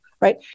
Right